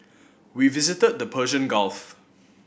we visited the Persian Gulf